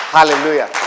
Hallelujah